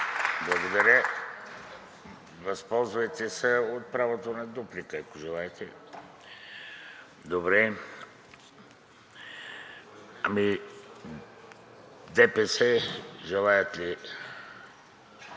Благодаря. Възползвайте се от правото на дуплика, ако желаете. От ДПС желаят ли?